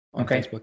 okay